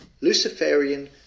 Luciferian